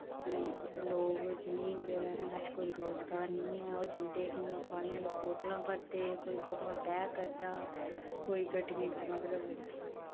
कि लोग जिं'दे कच्छ कोई रोजगार नेईं ऐ ओह् जन्दे उठी पानी आह्ली बोतलां भरदे कोई बोतलां पैक करदा कोई गड्डियें च मतलब